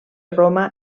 roma